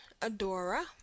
Adora